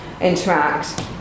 interact